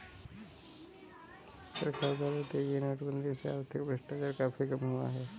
सरकार द्वारा की गई नोटबंदी से आर्थिक भ्रष्टाचार काफी कम हुआ है